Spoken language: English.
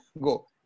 go